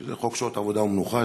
שזה חוק שעות עבודה ומנוחה,